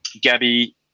Gabby